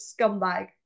scumbag